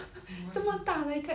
什么 agency